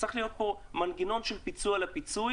צריך להיות פה מנגנון של פיצוי על הפיצוי.